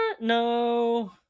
no